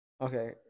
okay